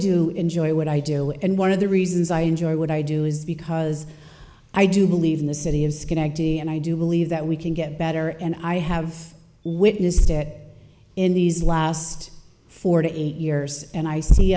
do enjoy what i do and one of the reasons i enjoy what i do is because i do believe in the city of schenectady and i do believe that we can get better and i have witnessed it in these last four to eight years and i see